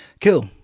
Cool